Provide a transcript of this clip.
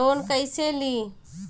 Loan कईसे ली?